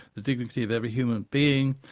the dignity of every human being,